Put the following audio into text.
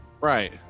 right